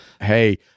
hey